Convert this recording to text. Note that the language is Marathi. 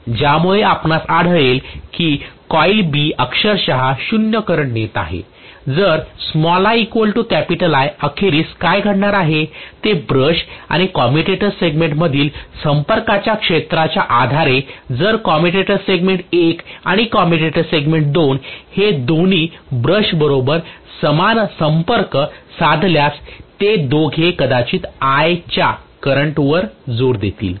ज्यामुळे आपणास आढळेल की कॉइल B अक्षरशः 0 करंट नेत आहे जर i I अखेरीस काय घडणार आहे ते ब्रश आणि कम्युटेटर सेगमेंट मधील संपर्काच्या क्षेत्राच्या आधारे जर कम्युटर सेगमेंट 1 आणि कम्युटेटर सेगमेंट 2 ते दोन्ही ब्रश बरोबर समान संपर्क साधल्यास ते दोघे कदाचित I च्या करंट वर जोर देतील